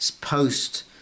post